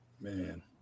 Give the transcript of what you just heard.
man